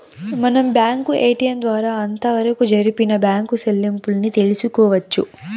మనం bank ATM ద్వారా అంతవరకు జరిపిన బ్యాంకు సెల్లింపుల్ని తెలుసుకోవచ్చు